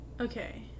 Okay